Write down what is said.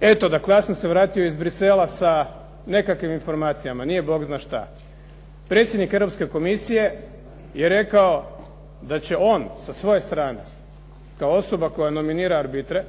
Eto dakle ja sam se vratio iz Bruxellesa sa nekakvim informacijama, nije bog zna što. Predsjednik Europske komisije je rekao da će on sa svoje strane kao osoba koja nominira arbitre,